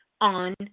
on